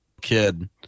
Kid